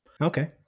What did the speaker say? Okay